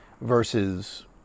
versus